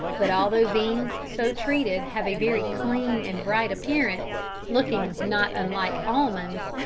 but although beans so treated have a very clean and bright appearance, looking not unlike almonds,